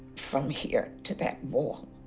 from here to that wall.